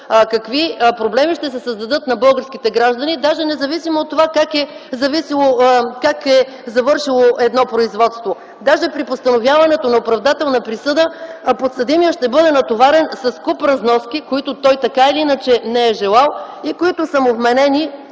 какви проблеми ще се създадат на българските граждани, независимо от това как е завършило едно производство. Даже при постановяването на оправдателна присъда, подсъдимият ще бъде натоварен с куп разноски, които той така или иначе не е желал и които са му вменени